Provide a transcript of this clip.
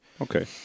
Okay